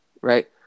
right